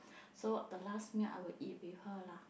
so the last meal I would eat with her lah